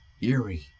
eerie